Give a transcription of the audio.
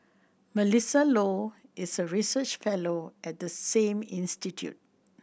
Melissa Low is a research fellow at the same institute